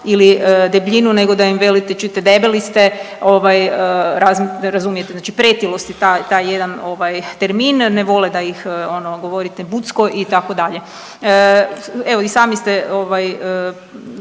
ili debljinu nego da im velite čujte debeli ste, ovaj razumijete, znači pretilost je taj, taj jedan ovaj termin, ne vole da ih ono govorite bucko itd.. Evo i sami ste ovaj